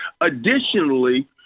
Additionally